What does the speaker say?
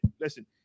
Listen